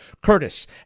Curtis